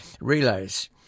relays